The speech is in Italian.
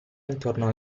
intorno